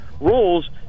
rules